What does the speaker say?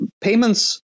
payments